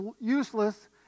useless